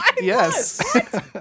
Yes